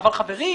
חברים,